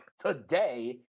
today